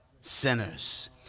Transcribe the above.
sinners